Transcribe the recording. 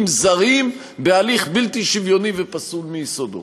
זרים בהליך בלתי שוויוני ופסול מיסודו.